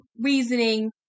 reasoning